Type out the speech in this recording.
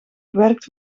gewerkt